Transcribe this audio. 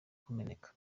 kumeneka